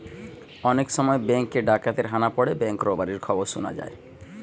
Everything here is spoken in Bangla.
অনেক সময় বেঙ্ক এ ডাকাতের হানা পড়ে ব্যাঙ্ক রোবারির খবর শুনা যায়